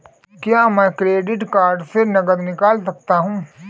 क्या मैं credit card से नकद निकाल सकता हूँ?